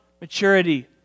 maturity